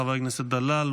חבר הכנסת דלל,